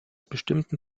bestimmten